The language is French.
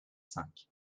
cinq